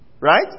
right